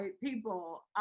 people